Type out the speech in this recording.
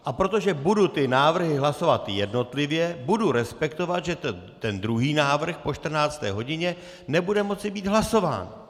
A protože budu ty návrhy hlasovat jednotlivě, budu respektovat, že ten druhý návrh po 14. hodině nebude moci být hlasován.